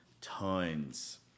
tons